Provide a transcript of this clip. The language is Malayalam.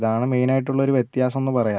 ഇതാണ് മെയിനായിട്ടുള്ള ഒരു വ്യത്യാസം എന്നു പറയാം